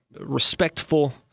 respectful